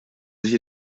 sich